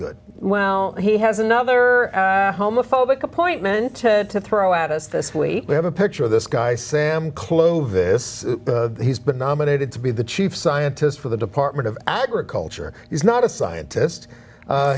good well he has another homophobic appointment to throw at us this week we have a picture of this guy sam clovis he's been nominated to be the chief scientist for the department of agriculture he's not a scientist